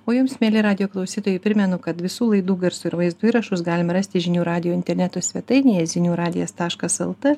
o jums mieli radijo klausytojai primenu kad visų laidų garsų ir vaizdo įrašus galima rasti žinių radijo interneto svetainėje zinių radijas taškas el t